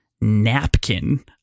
napkin